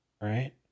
right